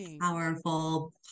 powerful